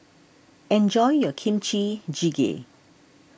enjoy your Kimchi Jjigae